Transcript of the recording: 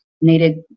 needed